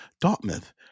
Dartmouth